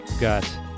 got